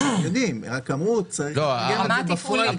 הם יודעים, רק אמרו שצריך ל --- ברמה התפעולית.